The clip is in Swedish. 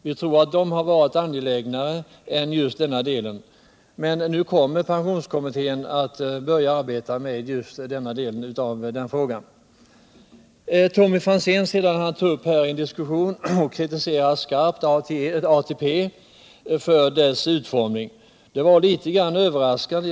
Vi tror att de har varit angelägnare än just denna del. Men nu kommer pensionskommittén att börja arbeta med denna del av frågan. Tommy Franzén tog upp en diskussion och kritiserade skarpt ATP för dess utformning, och det var litet överraskande.